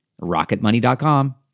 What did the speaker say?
RocketMoney.com